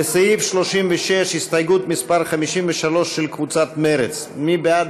לסעיף 36, הסתייגות מס' 53, של קבוצת מרצ, מי בעד